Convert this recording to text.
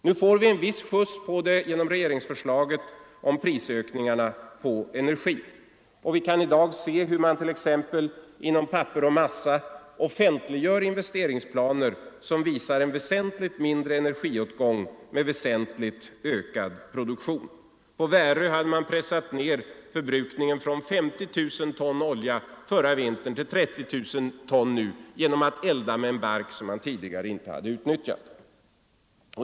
Nu får vi en viss skjuts på det genom regeringsförslaget om prisökningar på energi. Vi kan i dag se hur man t.ex. inom pappersoch massaindustrin offentliggör investeringsplaner som visar en väsentligt mindre energiåtgång med väsentligt ökad produktion. På Värö hade man pressat ned förbrukningen av olja från 50 000 ton förra vintern till 30 000 ton nu genom att elda med en bark som man tidigare inte hade tillvaratagit.